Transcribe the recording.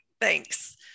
Thanks